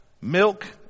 milk